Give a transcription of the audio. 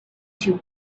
two